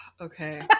Okay